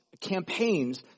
campaigns